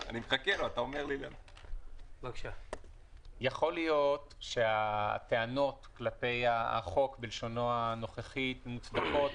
יכול להיות שהטענות כלפי החוק בלשונו הנוכחי מוצדקות,